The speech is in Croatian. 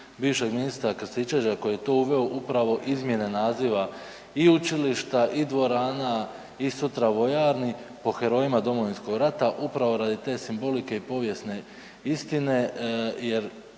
bivšeg ministra Krstičevića koji je tu uveo upravo izmjene naziva i učilišta i dvorana i sutra vojarni po herojima Domovinskog rata, upravo te simbolike i povijesne istine